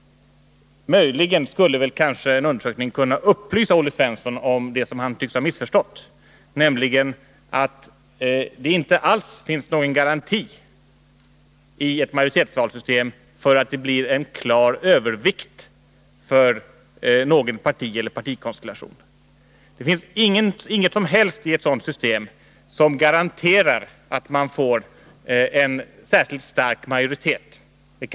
Möjligen skulle en undersökning kunna upplysa Olle Svensson om det som han tycks ha missförstått, nämligen att det vid ett majoritetsvalssystem inte alls finns någon garanti för att det blir en klar övervikt för något parti eller någon partikonstellation. Det finns inget som helst i ett sådant system som garanterar att man får en särskilt stark majoritet.